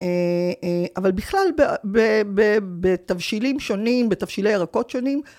ההה אהה אבל בכלל ב ב ב בתבשילים שונים, בתבשילי ירקות שונים.